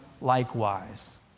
likewise